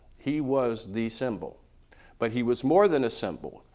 he was the symbol but he was more than a symbol,